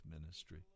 ministry